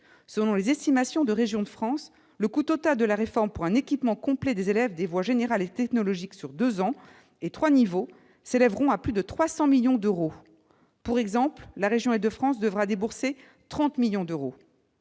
Selon les estimations de Régions de France, le coût total de la réforme pour un équipement complet des élèves des voies générale et technologique sur deux ans et trois niveaux s'élèvera à plus de 300 millions d'euros. À titre d'exemple, la région Île-de-France devra débourser 30 millions d'euros.